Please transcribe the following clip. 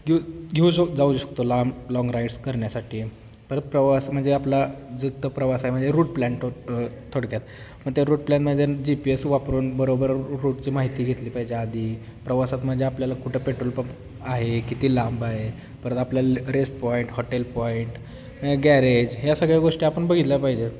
घेऊ घेऊ श जाऊ शकतो लाँम लाँग राईड्स करण्यासाठी परत प्रवास म्हणजे आपला जर तर प्रवासा म्हणजे रूट प्लॅन टो थोडक्यात म त्या रूट प्लॅनमध्ये जी पी एस वापरून बरोबर रूटची माहिती घेतली पाहिजे आधी प्रवासात म्हणजे आपल्याला कुठं पेट्रोल पंप आहे किती लांब आहे परत आपल्याला rest point hotel point garage ह्या सगळ्या गोष्टी आपण बघितल्या पाहिजे